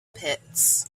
pits